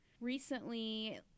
recently